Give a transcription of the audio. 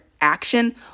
action